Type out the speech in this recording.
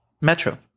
Metro